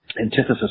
antithesis